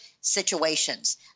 situations